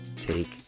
take